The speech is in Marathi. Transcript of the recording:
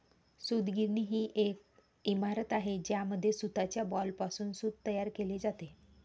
सूतगिरणी ही एक इमारत आहे ज्यामध्ये सूताच्या बॉलपासून सूत तयार केले जाते